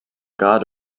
god